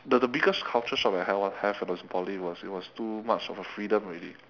the the biggest culture shock that I had have when I was in poly was it was too much of a freedom already